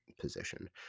position